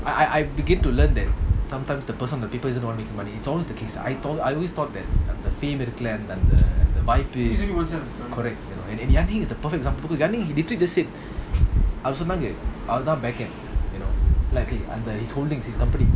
I I I begin to learn that sometimes the person on the paper isn't one making money it's always the case I told I always thought that the fame and the by pay correct and and ya ning is the perfect example because ya ning literally just said அவர்சொன்னாங்க:avar sonnanga you know like eh under his holdings his company